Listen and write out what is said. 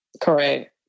Correct